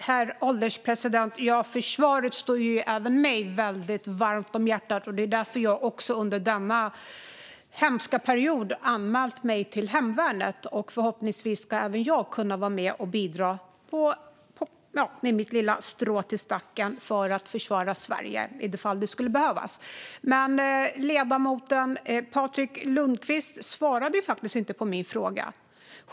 Herr ålderspresident! Försvaret ligger även mig varmt om hjärtat, och det är också därför som jag under denna hemska period har anmält mig till hemvärnet. Förhoppningsvis ska då även jag kunna dra mitt lilla strå till stacken för att försvara Sverige i det fall det skulle behövas. Ledamoten Patrik Lundqvist svarade inte på min fråga.